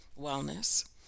wellness